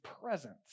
presence